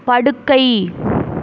படுக்கை